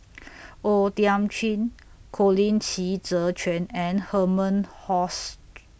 O Thiam Chin Colin Qi Zhe Quan and Herman